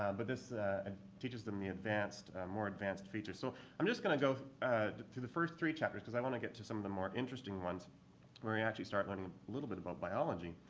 um but this ah teaches them the advanced, more advanced features. so i'm just going to go through the first three chapters, because i want to get to some of the more interesting ones where we actually start learning a little bit about biology.